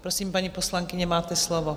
Prosím, paní poslankyně, máte slovo.